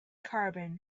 carbon